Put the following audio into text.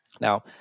Now